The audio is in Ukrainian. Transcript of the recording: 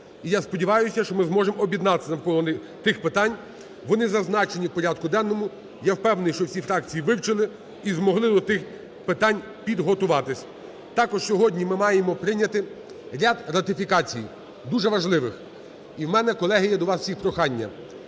І я сподіваюся, що ми зможемо об'єднатися навколо тих питань. Вони зазначені у порядку денному, і я впевнений, що всі фракції вивчили і змогли до тих питань підготуватись. Також сьогодні ми маємо прийняти ряд ратифікацій дуже важливих. І у мене, колеги, є до вас всіх прохання.